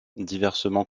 diversement